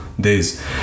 Days